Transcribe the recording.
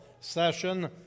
session